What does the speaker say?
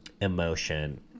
emotion